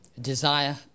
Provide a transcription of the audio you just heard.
desire